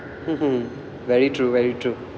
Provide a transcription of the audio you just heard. mmhmm very true very true